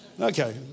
Okay